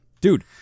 dude